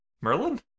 Merlin